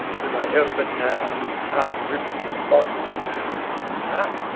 whom i held but now, hard gripped in bondage ha!